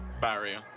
barrier